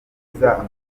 amafaranga